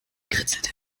kritzelte